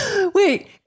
Wait